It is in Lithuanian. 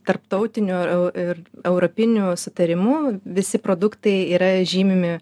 tarptautiniu ir europiniu sutarimu visi produktai yra žymimi